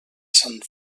sant